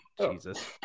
Jesus